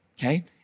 Okay